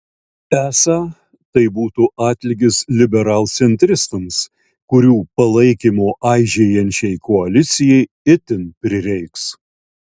esą tai būtų atlygis liberalcentristams kurių palaikymo aižėjančiai koalicijai itin prireiks